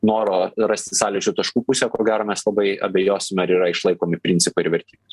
noro rasti sąlyčio taškų pusę ko gero mes labai abejosime ar yra išlaikomi principai ir vertybės